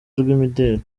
rw’imideli